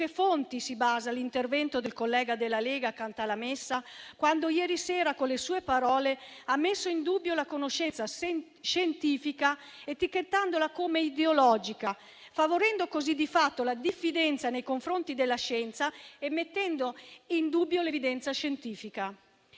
fonti si basa l'intervento del collega della Lega, il senatore Cantalamessa, quando ieri sera, con le sue parole, ha messo in dubbio la conoscenza scientifica, etichettandola come ideologica, favorendo così, di fatto, la diffidenza nei confronti della scienza e mettendo in dubbio l'evidenza scientifica.